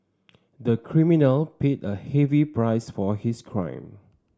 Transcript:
the criminal paid a heavy price for his crime